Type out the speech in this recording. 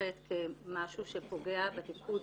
מתמשכת כמשהו שפוגע בתפקוד,